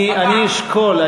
אני אשקול.